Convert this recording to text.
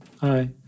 hi